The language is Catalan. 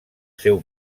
seu